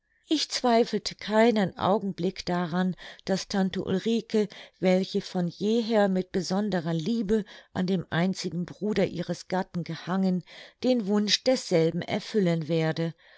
ich zweifelte keinen augenblick daran daß tante ulrike welche von jeher mit besonderer liebe an dem einzigen bruder ihres gatten gehangen den wunsch desselben erfüllen werde